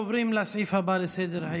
התשפ"א 2021 אנחנו עוברים לסעיף הבא בסדר-היום,